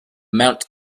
mount